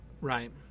Right